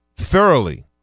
Thoroughly